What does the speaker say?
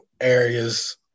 areas